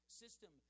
system